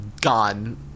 Gone